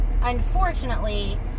unfortunately